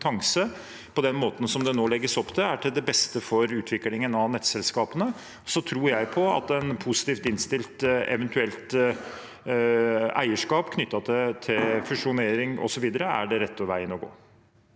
på den måten som det nå legges opp til, er til det beste for utviklingen av nettselskapene. Jeg tror på at et positivt innstilt eierskap, eventuelt, knyttet til fusjonering og så videre, er den rette veien å gå.